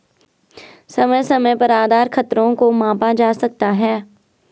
समय समय पर आधार खतरों को मापा जा सकता है